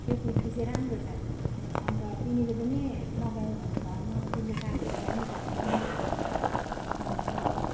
त्यो कुर्ती चाहिँ राम्रो छ अन्त तिमीले पनि मगायौ भने भन तिमीले साथीहरूलाई पनि भन अन्त